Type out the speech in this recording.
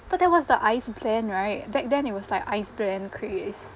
but that was the ice blend right back then it was like ice blend craze